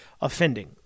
Offending